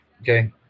Okay